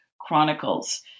chronicles